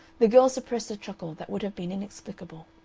the girl suppressed a chuckle that would have been inexplicable.